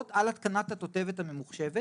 על התקנת התותבת הממוחשבת